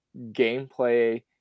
gameplay